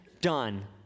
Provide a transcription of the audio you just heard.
done